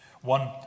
One